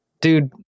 dude